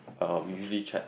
uh we usually chat